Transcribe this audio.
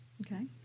Okay